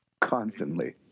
constantly